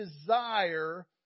desire